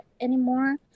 anymore